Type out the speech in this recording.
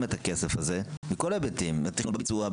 את הכסף הזה מכל ההיבטים: תכנון בביצוע,